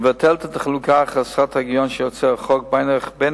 מבטלת את החלוקה חסרת ההיגיון שיוצר החוק בין